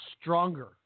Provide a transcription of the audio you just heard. stronger